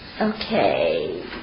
Okay